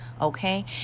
okay